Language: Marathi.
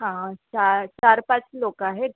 हा चार चार पाच लोक आहेत